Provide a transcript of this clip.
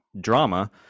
drama